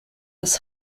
das